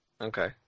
Okay